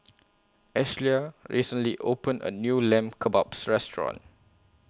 Ashlea recently opened A New Lamb Kebabs Restaurant